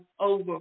over